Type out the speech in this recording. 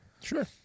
Sure